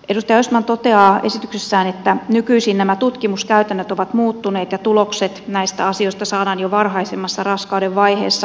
edustaja östman toteaa esityksessään että nykyisin nämä tutkimuskäytännöt ovat muuttuneet ja tulokset näistä asioista saadaan jo varhaisemmassa raskauden vaiheessa